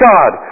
God